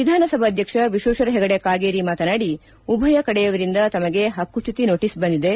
ವಿಧಾನಸಭಾಧ್ಯಕ್ಷ ವಿಶ್ವೇಶ್ವರ ಹೆಗಡೆ ಕಾಗೇರಿ ಮಾತನಾಡಿ ಉಭಯ ಕಡೆಯವರಿಂದ ತಮಗೆ ಹಕ್ಕು ಚ್ಚುತಿ ನೋಟಸ್ ಬಂದಿದೆ